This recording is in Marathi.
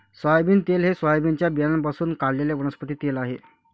सोयाबीन तेल हे सोयाबीनच्या बियाण्यांपासून काढलेले वनस्पती तेल आहे